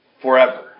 forever